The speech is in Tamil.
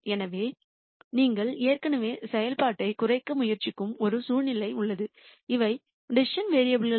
எனவே நீங்கள் ஏற்கனவே ஒரு செயல்பாட்டைக் குறைக்க முயற்சிக்கும் ஒரு சூழ்நிலை உள்ளது இவை டிசிசன் வேரியபுல் கள்